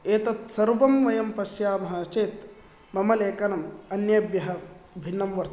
एतत् सर्वं वयं पश्यामः चेत् मम लेखनम् अन्येभ्यः भिन्नं वर्तते